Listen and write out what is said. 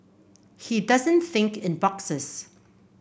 he doesn't think in boxes